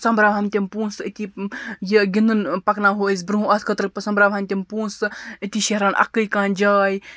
سۄمبراوہَن تِم پونٛسہٕ أتی یہِ گِنٛدُن پَکناوہو أسۍ برونٛہہ اَتھ خٲطرٕ سۄمبراوہَن تِم پونٛسہٕ أتی شہرٕہَن اَکٕے کانٛہہ جاے